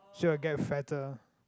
sure will get fatter